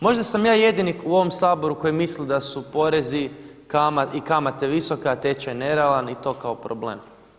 Možda sam ja jedini u ovom Saboru koji misli da su porezi i kamate visoke a tečaj nerealan i to kao problem.